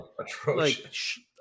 atrocious